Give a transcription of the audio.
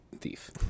thief